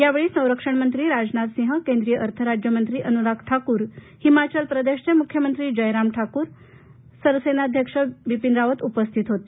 या वेळी संरक्षणमंत्री राजनाथ सिंह केंद्रीय अर्थराज्यमंत्री अनुराग ठाकूर हिमाचल प्रदेशचे मुख्यमंत्री जय राम ठाकूर सरसेनाध्यक्ष जनरल बीपीन रावत यावेळी उपस्थित होते